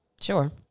sure